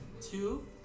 Two